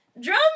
drum